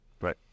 Right